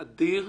עציון.